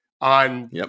on